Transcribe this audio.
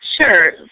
Sure